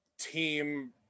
Team